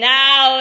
now